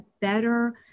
better